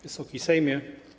Wysoki Sejmie!